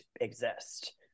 exist